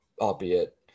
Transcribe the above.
albeit